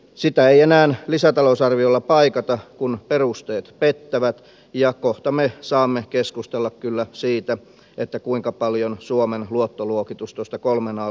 sitä ei enää lisätalousarviolla paikata kun perusteet pettävät ja kohta me saamme keskustella kyllä siitä kuinka paljon suomen luottoluokitus tuosta kolmen an luokituksesta putoaa